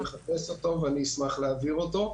אני אחפש אותו ואני אשמח להעביר אותו.